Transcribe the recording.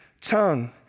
tongue